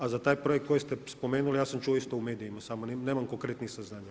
A za taj projekt koji ste spomenuli, ja sam čuo isto u medijima, samo nemam konkretnih saznanja.